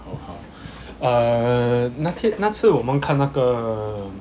uh 那天那次我们看那个